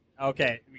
Okay